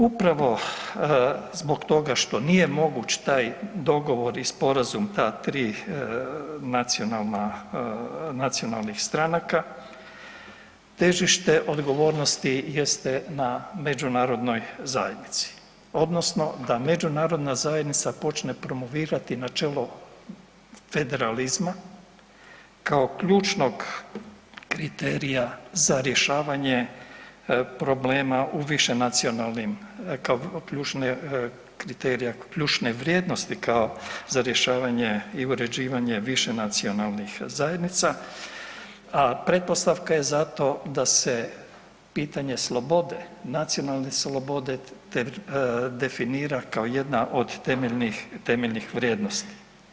Upravo zbog toga što nije moguć taj dogovor i sporazum ta tri nacionalnih stranaka težište odgovornosti jeste na Međunarodnoj zajednici, odnosno da Međunarodna zajednica počne promovirati načelo federalizma kao ključnog kriterija za rješavanje problema u višenacionalnim, ključnih kriterija, ključne vrijednosti kao za rješavanje i uređivanje višenacionalnih zajednica a pretpostavka je za to da se pitanje slobode, nacionalne slobode definira kao jedna od temeljnih vrijednosti.